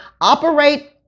operate